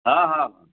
ହଁ ହଁ ହଁ